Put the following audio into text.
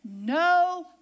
no